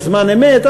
בזמן אמת,